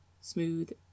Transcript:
smooth